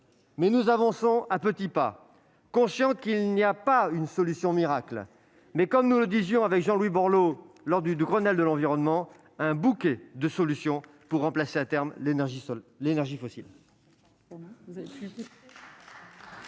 nous avançons à petits pas, conscients qu'il y a non pas une solution miracle, mais plutôt, comme nous le disions avec Jean-Louis Borloo lors du Grenelle de l'environnement, un bouquet de solutions pour remplacer à terme l'énergie fossile.